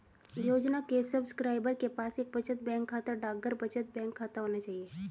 योजना के सब्सक्राइबर के पास एक बचत बैंक खाता, डाकघर बचत बैंक खाता होना चाहिए